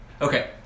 Okay